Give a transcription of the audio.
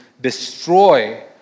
destroy